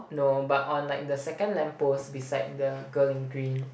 no but on like the second lamppost beside the girl in green